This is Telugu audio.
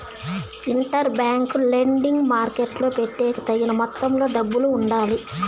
ఇంటర్ బ్యాంక్ లెండింగ్ మార్కెట్టులో పెట్టేకి తగిన మొత్తంలో డబ్బులు ఉండాలి